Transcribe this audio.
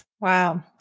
Wow